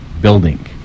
building